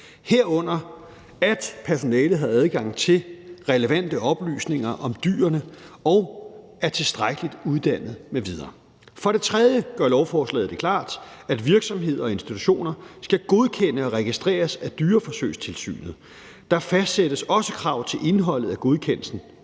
herunder at personalet har adgang til relevante oplysninger om dyrene og er tilstrækkeligt uddannet m.v. For det tredje gør lovforslaget det klart, at virksomheder og institutioner skal godkendes og registreres af Dyreforsøgstilsynet. Der fastsættes også krav til indholdet af godkendelsen.